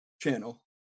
channel